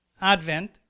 Advent